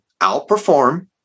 outperform